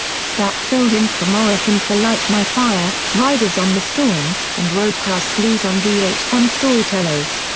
stapp filled in for morrison for light my fire, riders on the storm and roadhouse blues on v h one storytellers.